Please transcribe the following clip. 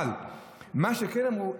אבל מה שכן אמרו,